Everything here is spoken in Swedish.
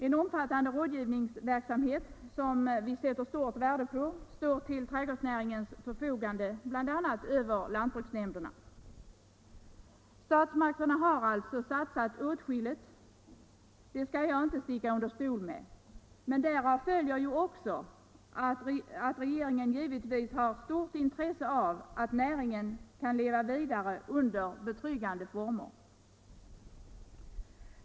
En omfattande rådgivningsverksamhet, som vi sätter stort värde på, står till trädgårdsnäringens förfogande bl.a. över lantbruksnämnderna. Statsmakterna har alltså satsat åtskilligt, det skall jag inte sticka under stol med. Därav följer givetvis att regeringen har stort intresse av att näringen kan leva vidare under betryggande former.